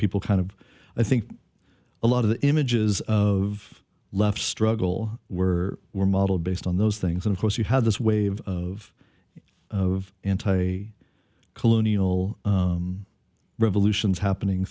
people kind of i think a lot of the images of left struggle were were model based on those things and of course you had this wave of anti colonial revolutions happening